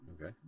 Okay